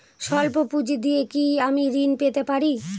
সল্প পুঁজি দিয়ে কি আমি ঋণ পেতে পারি?